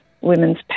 women's